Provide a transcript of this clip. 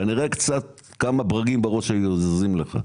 כנראה קצת כמה ברגים בראש היה זזים לך.